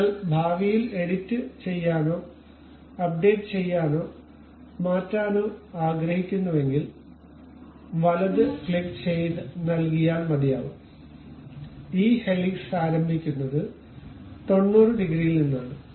നിങ്ങൾ ഭാവിയിൽ എഡിറ്റുചെയ്യാനോ അപ്ഡേറ്റ് ചെയ്യാനോ മാറ്റാനോ ആഗ്രഹിക്കുന്നുവെങ്കിൽ വലത് ക്ലിക്ക് നൽകിയാൽ മതിയാകും ഈ ഹെലിക്സ് ആരംഭിക്കുന്നത് 90 ഡിഗ്രിയിൽ നിന്നാണ്